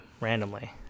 randomly